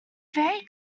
very